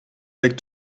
avec